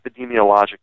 epidemiologic